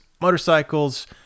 motorcycles